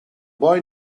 boy